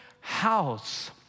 house